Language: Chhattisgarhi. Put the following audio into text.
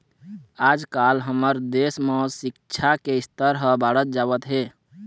आजकाल हमर देश म सिक्छा के स्तर ह बाढ़त जावत हे